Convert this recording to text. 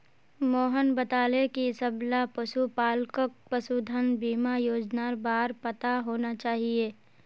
मोहन बताले कि सबला पशुपालकक पशुधन बीमा योजनार बार पता होना चाहिए